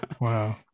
Wow